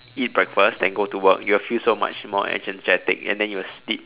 eat breakfast then go to work you will feel so much more energetic and then you will sleep